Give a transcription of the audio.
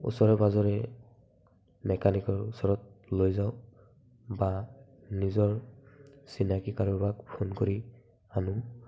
ওচৰে পাঁজৰে মেকানিকৰ ওচৰত লৈ যাওঁ বা নিজৰ চিনাকী কাৰোবাক ফোন কৰি আনো